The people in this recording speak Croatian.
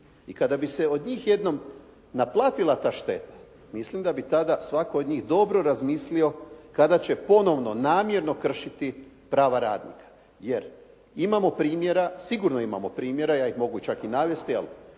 i kada bi se od njih jednom naplatila ta šteta, mislim da bi tada svatko od njih dobro razmislio kada će ponovno namjerno kršiti prava radnika. Jer imamo primjera, sigurno imamo primjera, ja ih mogu čak i navesti, ali